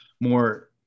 more